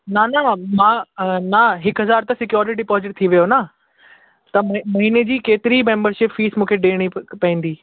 ना ना मां ना हिकु हज़ार त सिक्योरिटी डिपोज़िट थी वियो ना त महीने जी केतिरी मेंबरशिप फीस मूंखे ॾियणी पवंदी